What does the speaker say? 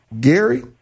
Gary